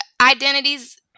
identities